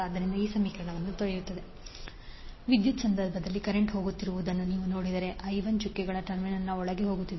ಆದ್ದರಿಂದ V2V1 N2N1 ವಿದ್ಯುತ್ ಸಂದರ್ಭದಲ್ಲಿ ಕರೆಂಟ್ ಹೋಗುತ್ತಿರುವುದನ್ನು ನೀವು ನೋಡಿದರೆ I 1 ಚುಕ್ಕೆಗಳ ಟರ್ಮಿನಲ್ ಒಳಗೆ ಹೋಗುತ್ತದೆ